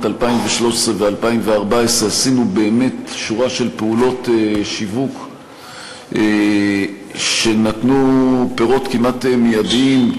2014-2013. עשינו שורה של פעולות שיווק שנתנו פירות כמעט מיידיים.